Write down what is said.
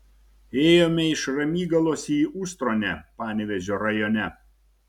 ėjome iš ramygalos į ustronę panevėžio rajone